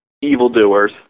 evildoers